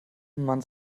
man